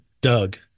Doug